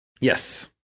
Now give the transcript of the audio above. Yes